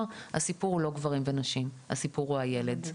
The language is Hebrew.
הסיפור הוא לא גברים ונשים, הסיפור הוא הילד.